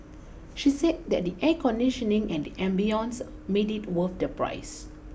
she said that the air conditioning and the ambience made it worth the price